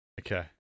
Okay